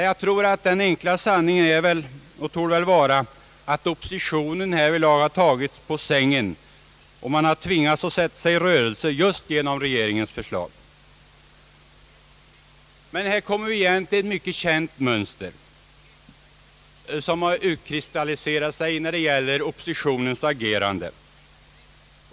Jag tror att den enkla sanningen är den att oppositionen härvidlag har tagits på sängen och man har tvingats att sätta sig i rörelse just genom regeringens förslag. Men här kommer vi tillbaka till ett mycket känt mönster som har utkristalliserat sig när det gäller oppositionens agerande.